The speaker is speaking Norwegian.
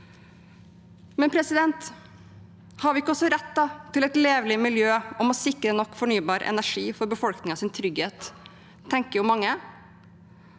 finne sted. Men har vi ikke også rett til et levelig miljø og må sikre nok fornybar energi for befolkningens trygghet? Det tenker mange.